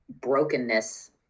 brokenness